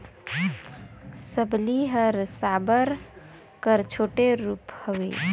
सबली हर साबर कर छोटे रूप हवे